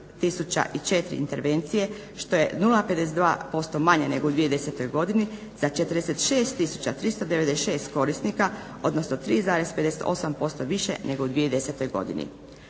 i 4 intervencije što je 0,52% manje nego u 2010.godini za 46 tisuća 396 korisnika odnosno 3,58% više nego u 2010.godini.